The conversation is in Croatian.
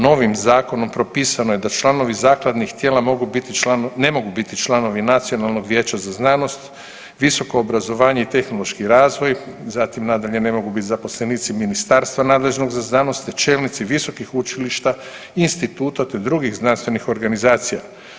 Novim zakonom propisano je da članovi zakladnih tijela mogu biti, ne mogu biti članovi Nacionalnog vijeća za znanost, visoko obrazovanje i tehnološki razvoj, zatim nadalje ne mogu biti zaposlenici ministarstva nadležnog za znanost te čelnici visokih učilišta, instituta te drugih znanstvenih organizacija.